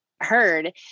heard